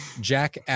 Jack